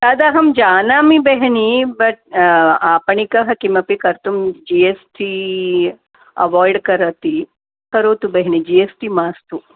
तदहं जानामि बेहिनी बट् आपणिकः किमपि कर्तुं जि एस् टि अवाय्ड् करोति करोतु बेहिनी जि एस् टि मास्तु